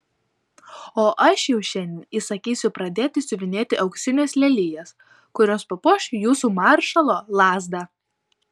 o aš jau šiandien įsakysiu pradėti siuvinėti auksines lelijas kurios papuoš jūsų maršalo lazdą